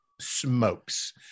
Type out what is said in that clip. smokes